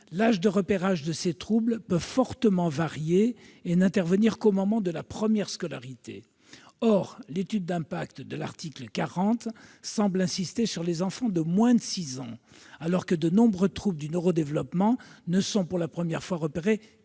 L'âge de repérage de ces troubles peut fortement varier et n'intervenir qu'au moment de la première scolarité. Or l'étude d'impact de l'article 40 semble insister sur les enfants de moins de 6 ans, alors que de nombreux troubles du neuro-développement ne sont repérés pour la première fois qu'après